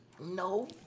no